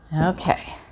Okay